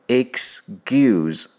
excuse